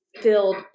filled